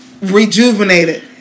rejuvenated